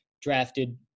drafted